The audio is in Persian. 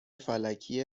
فلکی